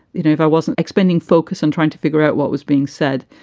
you know if i wasn't expending focus and trying to figure out what was being said,